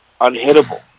unhittable